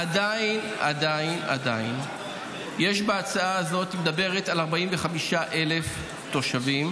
עדיין ההצעה הזאת מדברת על 45,000 תושבים,